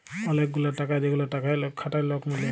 ওলেক গুলা টাকা যেগুলা খাটায় লক মিলে